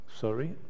Sorry